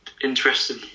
interesting